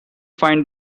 find